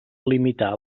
limitar